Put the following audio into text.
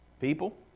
People